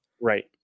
Right